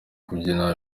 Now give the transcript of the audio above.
kubyina